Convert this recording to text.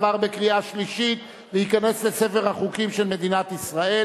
עבר בקריאה שלישית וייכנס לספר החוקים של מדינת ישראל.